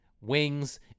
wings